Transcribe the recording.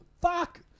Fuck